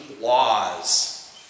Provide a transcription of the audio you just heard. laws